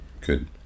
Good